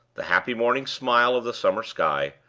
the happy morning smile of the summer sky,